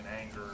anger